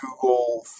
Google